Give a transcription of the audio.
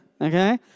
Okay